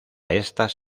estas